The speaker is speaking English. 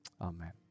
Amen